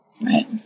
right